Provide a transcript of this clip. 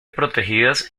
protegidas